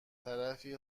طرفی